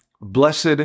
Blessed